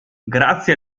grazie